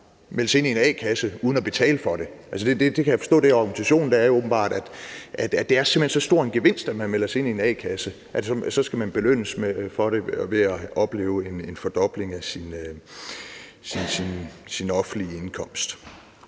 forstå, at argumentationen åbenbart er, at det simpelt hen er så stor en gevinst, at man melder sig ind i en a-kasse, at man så skal belønnes for det ved at opleve en fordobling af sin offentlige indkomst.